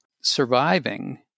surviving